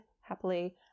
happily